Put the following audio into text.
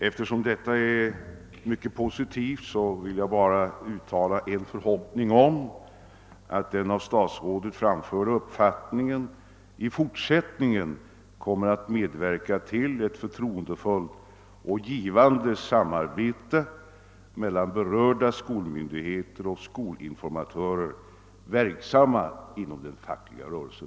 Eftersom detta är myc ket positivt vill jag endast uttala en förhoppning om att den av statsrådet framförda uppfattningen i fortsättningen kommer att medverka till ett förtroendefullt och givande samarbete mellan berörda skolmyndigheter och skolinformatörer verksamma inom den fackliga rörelsen.